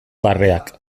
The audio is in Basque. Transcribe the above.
barreak